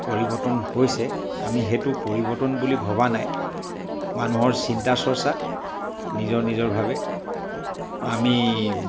পৰিৱৰ্তন হৈছে আমি সেইটো পৰিৱৰ্তন বুলি ভবা নাই মানুহৰ চিন্তা চৰ্চা নিজৰ নিজৰভাৱে আমি